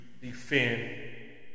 defend